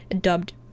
dubbed